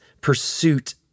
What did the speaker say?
pursuit